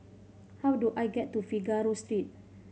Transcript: how do I get to Figaro Street